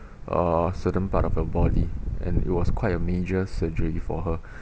uh certain part of her body and it was quite a major surgery for her